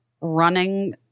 Running